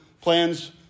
plans